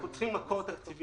אנחנו צריכים מקור תקציבי.